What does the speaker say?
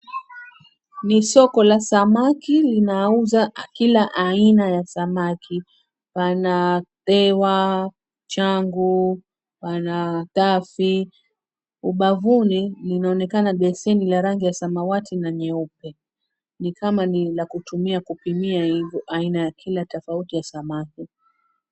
Ni soko la samaki linauza kila aina ya samaki, pana tewa, changu, pana tafi. Ubavuni linaonekana beseni la rangi ya samawati na nyeupe, ni kama ni la kutumia kupimia hivyo aina ya kila tofauti ya samaki.